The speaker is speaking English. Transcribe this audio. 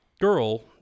girl